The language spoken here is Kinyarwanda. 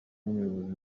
n’umuyobozi